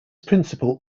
principle